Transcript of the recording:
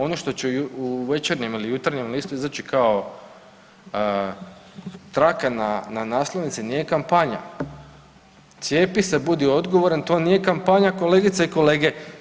Ono što će u Večernjem ili Jutarnjem listu izaći kao traka na naslovnici nije kampanja, cijepi se, budi odgovoran to nije kampanja kolegice i kolege.